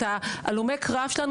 את הלומי הקרב שלנו,